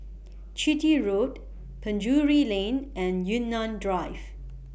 Chitty Road Penjuru Lane and Yunnan Drive